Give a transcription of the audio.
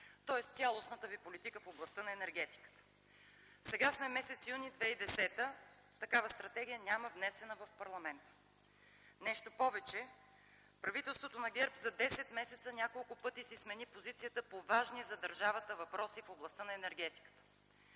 тоест цялостната ви политика в областта на енергетиката. Сега сме м. юни 2010 г. – такава стратегия няма внесена в парламента. Нещо повече. Правителството на ГЕРБ за 10 месеца няколко пъти си смени позицията по важни за държавата въпроси в областта на енергетиката,